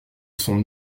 sont